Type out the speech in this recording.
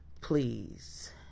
Please